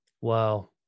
Wow